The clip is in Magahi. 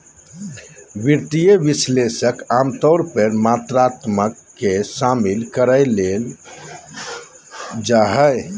वित्तीय विश्लेषक आमतौर पर मात्रात्मक के शामिल करय ले नै लेल जा हइ